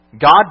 God